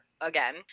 again